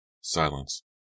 Silence